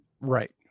right